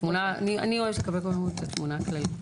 תמונה, אני אוהבת לקבל קודם כל את התמונה הכללית.